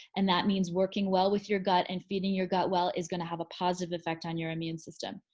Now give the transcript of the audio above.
and that means working well with your gut and feeding your gut well is gonna have a positive effect on your immune system.